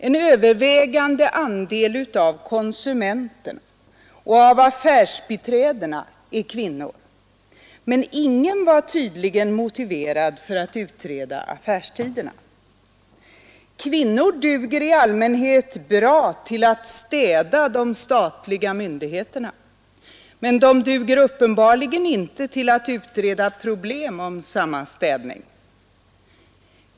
En övervägande andel av konsumenterna och affärsbiträdena är kvinnor, men ingen var tydligen motiverad för att utreda affärstiderna. Kvinnor duger i allmänhet bra till att städa hos de statliga myndigheterna, men de duger uppenbarligen inte till att utreda problem om samma städning.